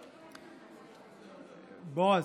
בועז.